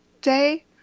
day